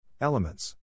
Elements